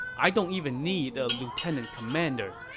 i don't even need a lieutenant commander.